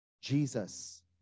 Jesus